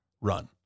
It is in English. run